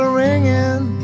ringing